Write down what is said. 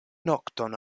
nokton